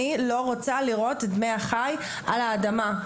אני לא רוצה לראות את בני אחיי על האדמה.